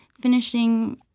finishing